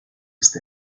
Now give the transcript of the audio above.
ist